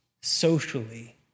socially